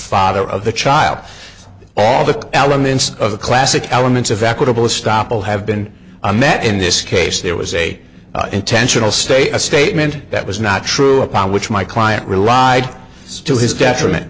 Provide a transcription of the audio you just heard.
father of the child all the elements of the classic elements of equitable stoppel have been a met in this case there was a intentional state a statement that was not true upon which my client relied to his detriment